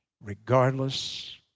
regardless